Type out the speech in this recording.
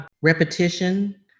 repetition